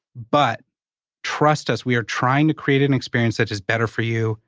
but trust us. we are trying to create an experience that is better for you.